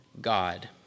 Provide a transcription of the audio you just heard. God